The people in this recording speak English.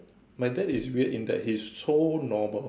my dad is weird in that he is so normal